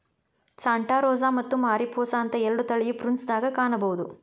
Santa Rosa ಮತ್ತ Mariposa ಅಂತ ಎರಡು ತಳಿ ಪ್ರುನ್ಸ್ ದಾಗ ಕಾಣಬಹುದ